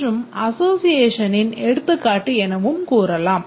மற்றும் அசோஸியேஷனின் எடுத்துக்காட்டு எனவும் கூறலாம்